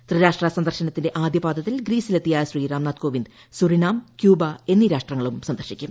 ത്രിരാഷ്ട്ര സന്ദർശനത്തിന്റെ ആദ്യപാദത്തിൽ ഗ്രീസിലെത്തിയ ശ്രീ രാംനാഥ് കോവിന്ദ് സുരിനാം കൃൂബ എന്നീ രാഷ്ട്രങ്ങളും സന്ദർശിക്കും